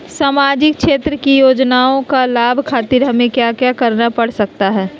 सामाजिक क्षेत्र की योजनाओं का लाभ खातिर हमें क्या क्या करना पड़ सकता है?